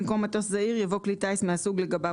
במקום "מטוס זעיר" יבוא "כלי טיס מהסוג לגביו